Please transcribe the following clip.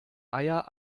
eier